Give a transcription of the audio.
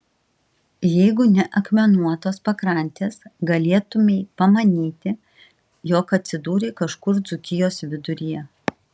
jeigu ne akmenuotos pakrantės galėtumei pamanyti jog atsidūrei kažkur dzūkijos viduryje